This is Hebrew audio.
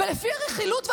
ולפי הרכילות והסיפורים,